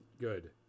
good